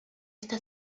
esta